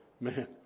Man